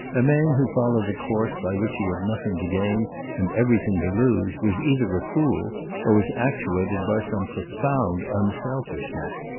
a man who followed a course by which he had nothing to gain and everything to lose was either a fool or was actuated by some profound unselfishness.